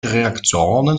reaktionen